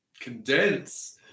condense